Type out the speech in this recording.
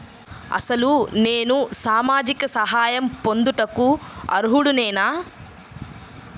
అసలు నేను సామాజిక సహాయం పొందుటకు అర్హుడనేన?